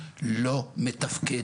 לא מתפקד.